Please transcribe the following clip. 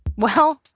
well,